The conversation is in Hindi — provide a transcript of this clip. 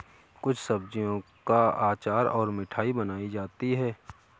कुछ सब्जियों का अचार और मिठाई बनाई जाती है